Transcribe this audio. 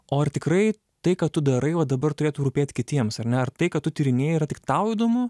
o ar tikrai tai ką tu darai va dabar turėtų rūpėt kitiems ar ne ar tai ką tu tyrinėji yra tik tau įdomu